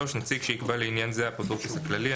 נציג שיקבע לעניין זה האפוטרופוס הכללי.